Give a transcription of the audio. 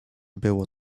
było